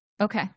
okay